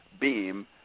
beam